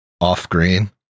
off-green